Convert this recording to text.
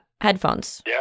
headphones